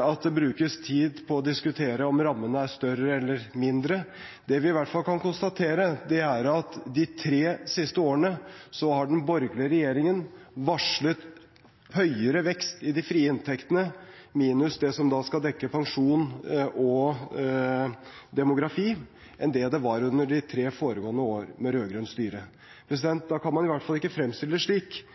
at det brukes tid på å diskutere om rammene er større eller mindre, men det vi i hvert fall kan konstatere, er at de tre siste årene har den borgerlige regjeringen varslet høyere vekst i de frie inntektene, minus det som da skal dekke pensjon og demografi, enn det det var under de tre foregående årene med rød-grønt styre. Da kan man i hvert fall ikke fremstille det